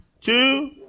two